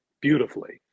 beautifully